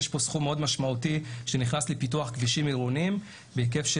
יש פה סכום מאוד משמעותי שנכנס לפיתוח כבישים עירוניים בהיקף של